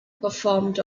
performed